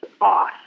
off